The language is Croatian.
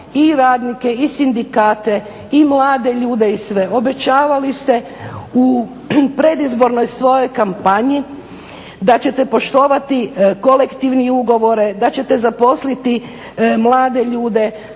i radnike i sindikate i mlade ljude i sve. Obećavali ste u predizbornoj svojoj kampanji da ćete poštovati kolektivne ugovore, da ćete zaposliti mlade ljude,